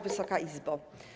Wysoka Izbo!